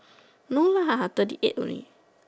no lah thirty eight only